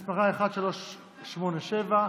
שמספרה פ/1387.